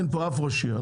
אין פה אף ראש עיר,